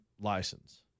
license